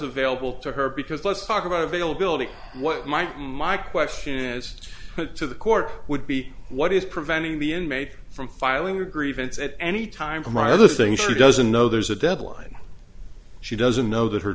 available to her because let's talk about availability what might my question as to the court would be what is preventing the inmate from filing a grievance at any time for my other thing she doesn't know there's a deadline she doesn't know that her